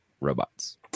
robots